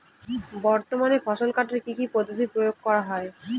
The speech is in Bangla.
বর্তমানে ফসল কাটার কি কি পদ্ধতি প্রয়োগ করা হয়?